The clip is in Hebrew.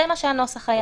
זה הנוסח שהיה.